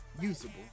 usable